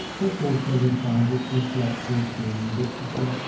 but also, we find it reflected in literature,